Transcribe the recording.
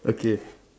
okay